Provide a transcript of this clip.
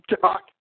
talk